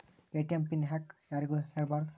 ATM PIN ಯಾಕ್ ಯಾರಿಗೂ ಹೇಳಬಾರದು?